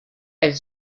elle